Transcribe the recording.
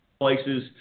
places